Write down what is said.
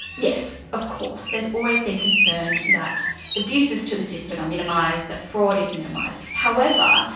yes, of course, there has always been concern and that abuses to the system are minimised, that fraud is minimised. however,